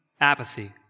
apathy